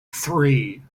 three